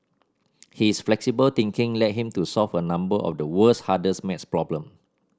his flexible thinking led him to solve a number of the world's hardest maths problem